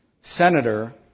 senator